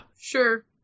Sure